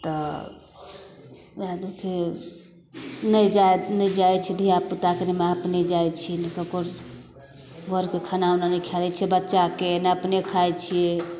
तऽ वएह दुख हइ नहि जाइ नहि जाइ छै धिआपुताके नहि अपने जाइ छी नहि ककरो घरके खाना उना नहि खाए दै छिए बच्चाके नहि अपने खाइ छिए